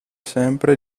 sempre